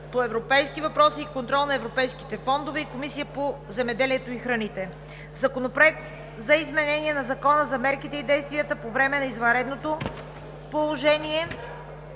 по европейските въпроси и контрол на европейските фондове, и на Комисията по земеделието и храните. Законопроект за изменение на Закона за мерките и действията по време на извънредното положение.